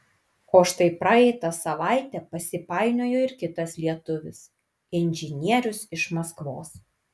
o štai praeitą savaitę pasipainiojo ir kitas lietuvis inžinierius iš maskvos